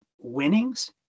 winnings